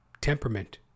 temperament